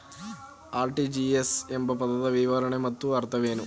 RTGS ಎಂಬ ಪದದ ವಿವರಣೆ ಮತ್ತು ಅರ್ಥವೇನು?